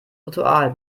ritual